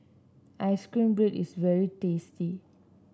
ice cream bread is very tasty